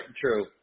True